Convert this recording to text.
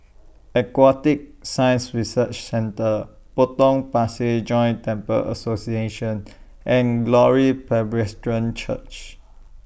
Aquatic Science Research Centre Potong Pasir Joint Temples Association and Glory Presbyterian Church